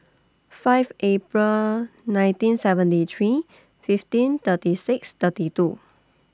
five April nineteen seventy three fifteen thirty six thirty two